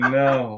no